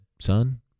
son